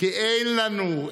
כי אין לנו,